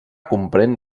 comprèn